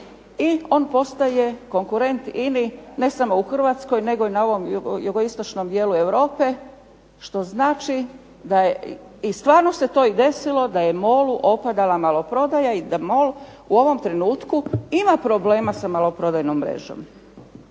i on postaje konkurent INA-i ne samo Hrvatskoj nego i u ovom jugoistočnom dijelu Europe i stvarno se to desilo da je MOL-u opadala maloprodaja i da MOL u ovom trenutku ima problema sa maloprodajnom mrežnom.